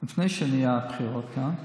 לפני הבחירות כאן,